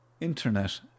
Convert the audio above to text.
internet